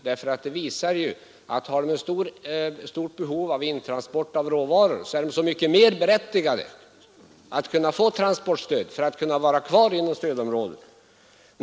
Har man ett stort behov av intransport av råvaror är ett transportstöd så mycket mer berättigat för att kunna bedriva industriell verksamhet inom stödområdet.